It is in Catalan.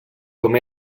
com